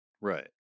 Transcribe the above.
right